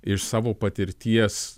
iš savo patirties